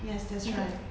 yes that's right